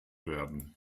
werden